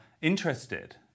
interested